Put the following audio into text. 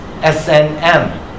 SNM